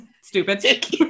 stupid